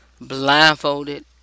blindfolded